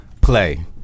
Play